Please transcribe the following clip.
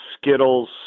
Skittles